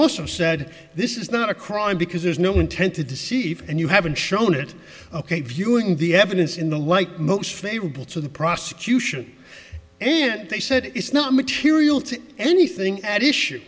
also said this is not a crime because there's no intent to deceive and you haven't shown it ok viewing the evidence in the white most favorable to the prosecution and they said it's not material to anything at issue